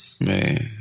Man